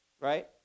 Right